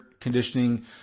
conditioning